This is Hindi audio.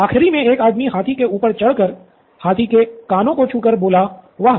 आखिरी मे एक आदमी हाथी के ऊपर चढ़ कर हाथी के कानों को छूकर बोला वाह